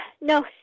no